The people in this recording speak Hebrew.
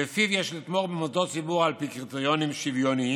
שלפיו יש לתמוך במוסדות ציבור על פי קריטריונים שוויוניים,